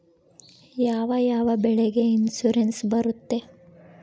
ಯಾವ ಯಾವ ಬೆಳೆಗೆ ಇನ್ಸುರೆನ್ಸ್ ಬರುತ್ತೆ?